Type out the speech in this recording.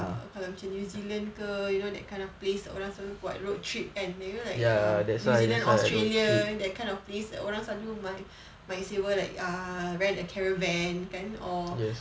kalau macam new zealand ke you know that kind of place orang selalu buat road trip kan you know like new zealand australia that kind of place orang selalu might sewa like err rent a caravan kan or